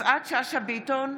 יפעת שאשא ביטון,